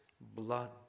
blood